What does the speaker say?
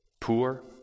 poor